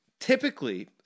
Typically